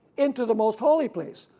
into the most holy place.